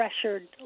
pressured